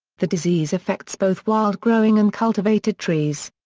the disease affects both wild-growing and cultivated trees.